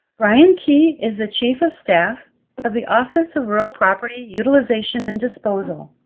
brian key is the chief of staff of the office of real property utilization and disposal,